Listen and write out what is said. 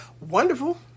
Wonderful